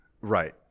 right